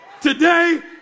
Today